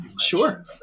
Sure